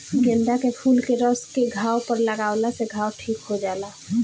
गेंदा के फूल के रस के घाव पर लागावला से घाव ठीक हो जाला